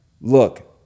Look